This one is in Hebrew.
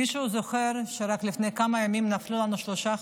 מישהו זוכר שרק לפני כמה ימים נפלו לנו שלושה חיילים?